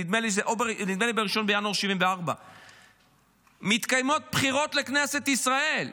נדמה לי ב-1 בינואר 1974 מתקיימות בחירות לכנסת ישראל,